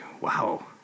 wow